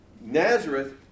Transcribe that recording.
Nazareth